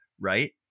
Right